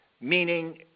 meaning